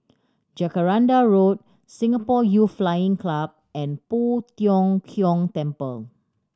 Jacaranda Road Singapore Youth Flying Club and Poh Tiong Kiong Temple